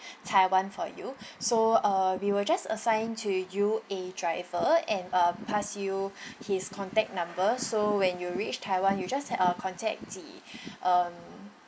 taiwan for you so uh we will just assign to you a driver and uh pass you his contact number so when you reach taiwan you just uh contact the um